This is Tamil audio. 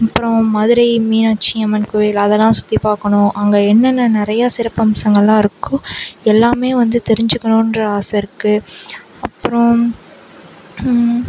அப்புறம் மதுரை மீனாட்சி அம்மன் கோயில் அதெலாம் சுற்றி பார்க்கணும் அங்கே என்னென்ன நிறைய சிறப்பம்சங்களெலாம் இருக்கோ எல்லாமே வந்து தெரிஞ்சுக்கணுன்ற ஆசைருக்கு அப்புறம்